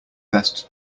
best